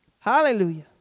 Hallelujah